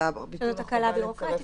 זו הקלה ביורוקרטית,